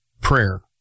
prayer